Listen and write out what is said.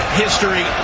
history